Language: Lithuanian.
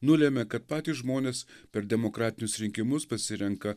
nulėmė kad patys žmonės per demokratinius rinkimus pasirenka